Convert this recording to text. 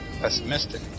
pessimistic